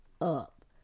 up